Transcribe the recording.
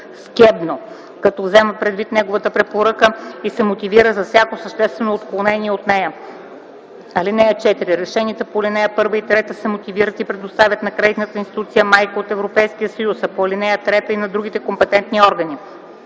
(КЕБНО), като взема предвид неговата препоръка и се мотивира за всяко съществено отклонение от нея. (4) Решенията по ал. 1 и 3 се мотивират и предоставят на кредитната институция майка от Европейския съюз, а по ал. 3 – и на другите компетентни органи.